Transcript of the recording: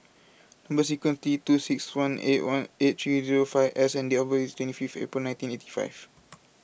Number Sequence is T two six one eight three zero five S and date of birth is twenty five April nineteen eighty five